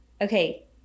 Okay